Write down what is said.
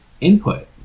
input